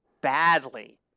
badly